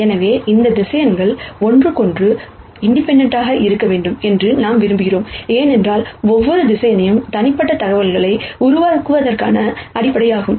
எனவே இந்த வெக்டர்ஸ் ஒன்றுக்கொன்று சுயாதீனமாக இருக்க வேண்டும் என்று நாம் விரும்புகிறோம் ஏனென்றால் ஒவ்வொரு வெக்டர் தனிப்பட்ட தகவல்களை உருவாக்குவதற்கான அடிப்படையாகும்